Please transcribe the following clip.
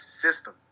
system